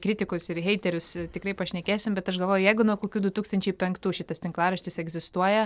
kritikus ir heiterius tikrai pašnekėsim bet aš galvoju jeigu nuo kokių du tūkstančiai penktų šitas tinklaraštis egzistuoja